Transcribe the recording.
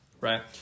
right